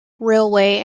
railway